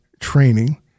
training